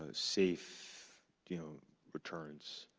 ah safe you know returns.